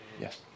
Yes